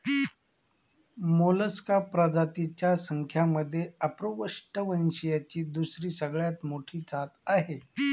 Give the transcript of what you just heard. Mollusca प्रजातींच्या संख्येमध्ये अपृष्ठवंशीयांची दुसरी सगळ्यात मोठी जात आहे